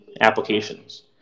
applications